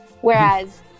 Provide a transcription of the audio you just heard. Whereas